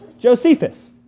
Josephus